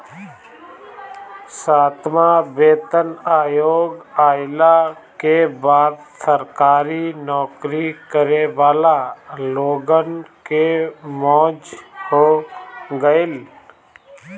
सातवां वेतन आयोग आईला के बाद सरकारी नोकरी करे वाला लोगन के मौज हो गईल